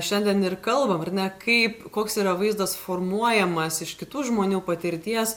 šiandien ir kalbame ar ne kaip koks yra vaizdas formuojamas iš kitų žmonių patirties